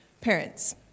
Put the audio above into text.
parents